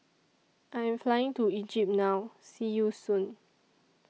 I Am Flying to Egypt now See YOU Soon